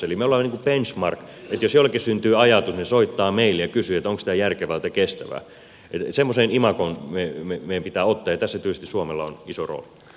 eli milloin teen svare piti se oli pisin me olemme niin kuin benchmark että jos jollekin syntyy ajatus he soittavat meille ja kysyvät että onko tämä järkevää tai kestävää